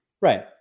Right